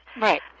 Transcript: Right